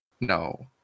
no